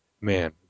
man